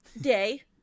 day